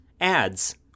ads